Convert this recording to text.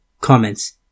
Comments